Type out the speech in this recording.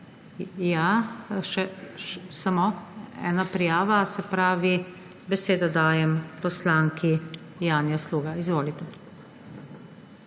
Da. Samo ena prijava, se pravi, besedo dajem poslanki Janji Sluga. Izvolite.